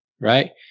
right